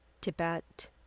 Tibet